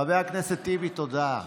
חבר הכנסת טיבי, תודה.